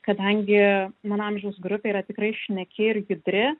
kadangi mano amžiaus grupė yra tikrai šneki ir judri